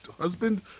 Husband